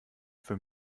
für